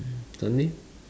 sunday